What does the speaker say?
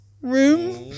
room